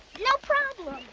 no problem.